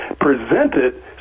presented